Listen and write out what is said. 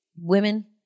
women